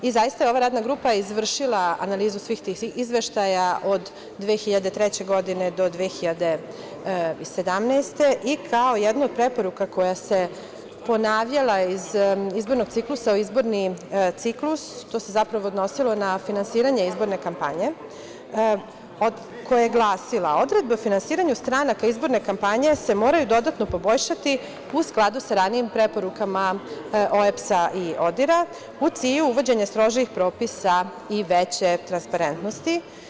Zaista je ova Radna grupa izvršila analizu svih izveštaja od 2003. godine do 2017. godine i kao jedna od preporuka koja se ponavljala iz izbornog ciklusa o izbornim ciklus, to se zapravo odnosilo na finansiranje izborne kampanje, koja je glasila – odredba o finansiranju stranaka izborne kampanje se moraju dodatno poboljšati uz skladu sa ranijim preporukama OEBS-a i ODIR-a u cilju uvođenja strožijih propisa i veće transparentnosti.